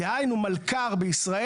דהיינו,